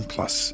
Plus